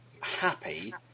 happy